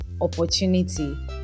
opportunity